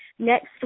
next